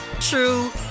true